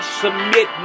submit